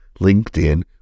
LinkedIn